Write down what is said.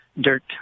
dirt